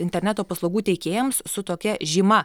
interneto paslaugų teikėjams su tokia žyma